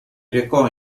recò